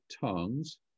tongues